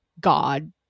God